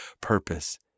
purpose